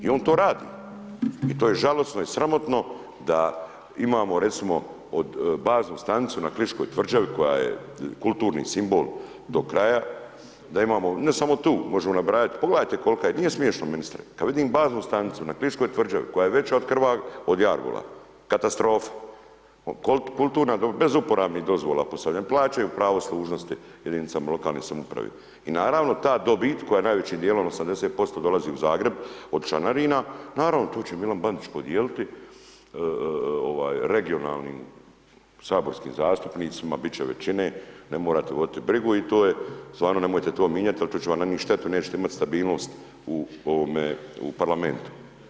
I on to radi i to je žalosno i sramotno da imamo recimo od baznu stanicu na Kliškoj tvrđavi koja je kulturni simbol do kraja da imamo, ne samo tu možemo nabrajat, pogledajte kolka je, nije smiješno ministre, kad vidim baznu stanicu na Kliškoj tvrđavi koja je veća od jarbola, katastrofa, kulturna dobra, bez uporabnih dozvola postavljen, plaćaju pravo služnosti jedinicama lokalne samoupravi i naravno ta dobit koja najvećim dijelom 80% dolazi u Zagreb od članarina, naravno to će Milan Bandić podijeliti regionalnim saborskim zastupnicima bit će većine, ne morate vodit brigu i to je stvarno nemojte to minjat jer to će vam nanit štetu nećete imat stabilnost u ovome u parlamentu.